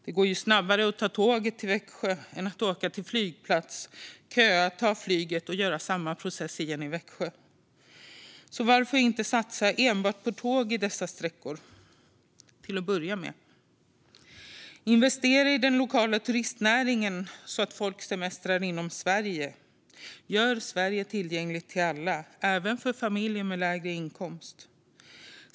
Det går snabbare att ta tåget till Växjö än att åka ut till flygplatsen, köa, ta flyget och sedan göra samma process igen i Växjö. Så varför inte satsa enbart på tåg på dessa sträckor, till att börja med? Investera i den lokala turistnäringen så att folk semestrar inom Sverige! Gör Sverige tillgängligt för alla, även för familjer med lägre inkomst!